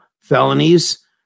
felonies